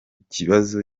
kibazo